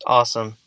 Awesome